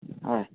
हय